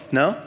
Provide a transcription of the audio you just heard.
no